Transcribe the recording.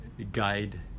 guide